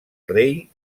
rei